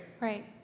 Right